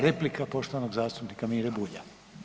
Replika poštovanog zastupnika Mire Bulja.